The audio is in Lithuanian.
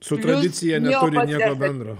su tradicija neturi nieko bendro